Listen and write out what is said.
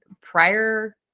prior